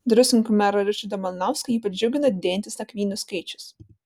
druskininkų merą ričardą malinauską ypač džiugina didėjantis nakvynių skaičius